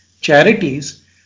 charities